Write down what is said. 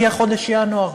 הגיע חודש ינואר.